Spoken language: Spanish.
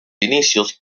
inicios